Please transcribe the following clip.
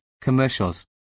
commercials